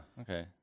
Okay